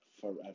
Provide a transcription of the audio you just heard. forever